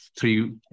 three